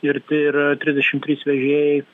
ir ir trisdešim trys vežėjai